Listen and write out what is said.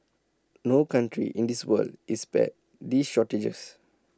no country in this world is spared these shortages